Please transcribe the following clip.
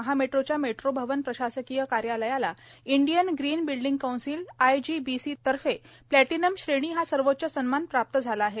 महामेट्रोच्या मेट्रो भवन प्रशासकीय कार्यालयाला Indian green building council IGBC संस्थेतर्फ प्लॅटिनम श्रेणी हा सर्वोच्च सन्मान प्राप्त झाला आहे